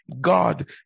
God